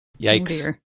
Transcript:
yikes